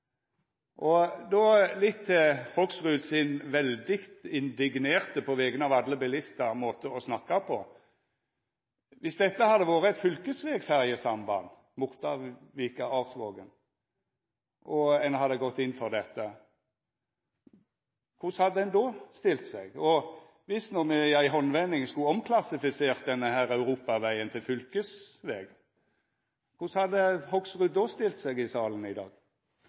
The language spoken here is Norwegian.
Då litt til Hoksruds veldig indignerte måte å snakka på – på vegner av alle bilistar: Dersom dette hadde vore eit fylkesvegfergesamband – Mortavika–Arsvågen – og ein hadde gått inn for det, korleis hadde ein då stilt seg? Dersom me i ei handvending skulle ha omklassifisert denne europavegen til fylkesveg, korleis hadde Hoksrud då stilt seg i salen i dag?